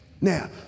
Now